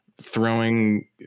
throwing